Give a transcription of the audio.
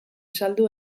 saldu